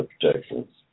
protections